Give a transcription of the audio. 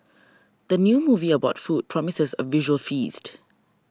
the new movie about food promises a visual feast